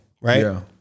right